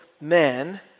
men